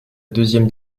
deuxième